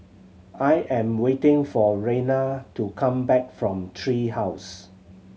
I am waiting for Raina to come back from Tree House